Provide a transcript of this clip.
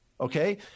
Okay